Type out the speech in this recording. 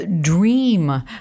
dream